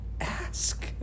ask